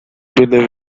believe